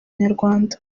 nyarwanda